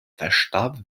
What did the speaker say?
verstarb